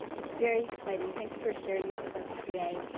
it's very exciting. thanks for sharing that with us today.